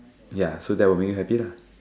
ya so that will make you happy lah